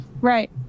Right